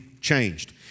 changed